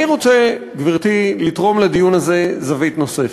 אני רוצה, גברתי, לתרום לדיון הזה זווית נוספת.